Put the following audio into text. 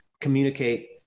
communicate